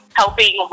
helping